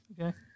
Okay